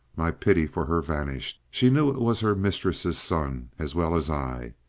my pity for her vanished. she knew it was her mistress's son as well as i!